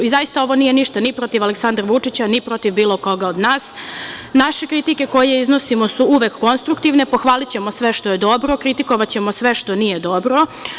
Zaista, ovo nije ništa ni protiv Aleksandra Vučića, ni protiv bilo koga od nas, naše kritike koje iznosimo su uvek konstruktivne, pohvalićemo sve što dobro, kritikovaćemo sve što nije dobro.